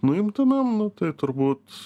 nuimtumėm nu tai turbūt